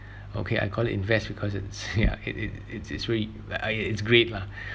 okay I call invest because it's yeah it it it's it's really it's great lah